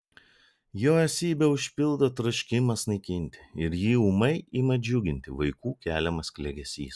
jo esybę užpildo troškimas naikinti ir jį ūmai ima džiuginti vaikų keliamas klegesys